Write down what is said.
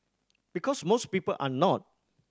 because most people are not